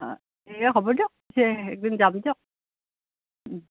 এ হ'ব দিয়ক এদিন যাম দিয়ক ও